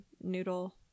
noodle